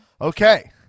Okay